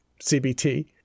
CBT